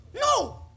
No